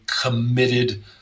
committed